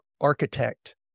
architect